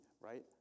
right